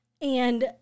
And-